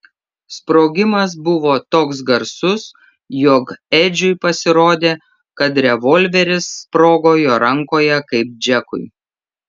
sprogimas buvo toks garsus jog edžiui pasirodė kad revolveris sprogo jo rankoje kaip džekui